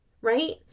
right